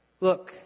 look